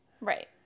Right